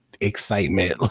excitement